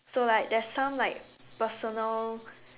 so like there's some like personal